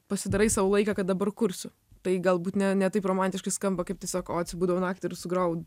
pasidarai sau laiką kad dabar kursiu tai galbūt ne ne taip romantiškai skamba kaip tai sako o atsibudau naktį ir sugrojau